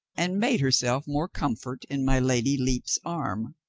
and made herself more com fort in my lady lepe's arm.